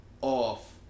off